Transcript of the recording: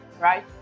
right